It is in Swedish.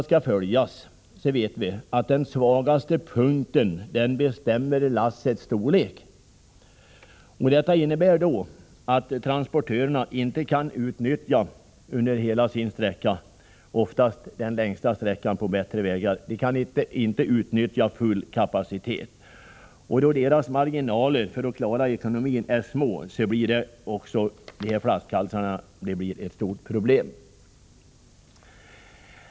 Vi vet att den svagaste punkten bestämmer lassets storlek. Detta innebär att transportörerna när bestämmelserna skall följas, under hela transportsträck an — varav oftast den längsta är på bättre vägar — ej kan utnyttja full kapacitet. Då deras marginaler för att klara ekonomin är små, blir dessa flaskhalsar ett stort problem.